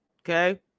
Okay